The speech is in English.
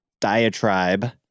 diatribe